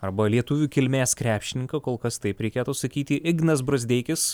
arba lietuvių kilmės krepšininką kol kas taip reikėtų sakyti ignas brazdeikis